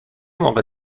موقع